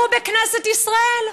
והוא בכנסת ישראל.